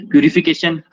Purification